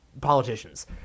politicians